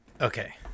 Okay